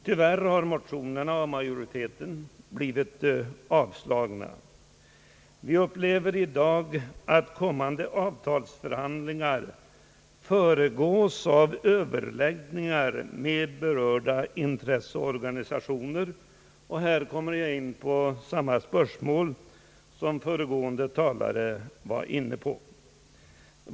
Tyvärr har motionerna avstyrkts av utskottsmajoriteten. Vi upplever i dag att kommande avtalsförhandlingar föregås av överläggningar med berörda intresseorganisationer. Här kommer jag in på samma spörsmål som föregående talare har behandlat.